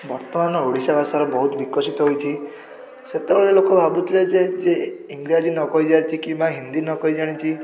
ବର୍ତ୍ତମାନ ଓଡ଼ିଶା ଭାଷାର ବହୁତ ବିକଶିତ ହୋଇଛି ସେତେବେଳେ ଲୋକ ଭାବୁଥିବେ ଯେ ଯେ ଇଂରାଜୀ ନ କହି ଜାଣିଛି କି ହିନ୍ଦୀ ନ କହି ଜାଣିଛି